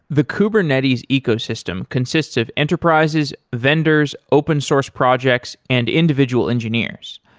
the kubernetes ecosystem consists of enterprises, vendors, open source projects and individual engineers.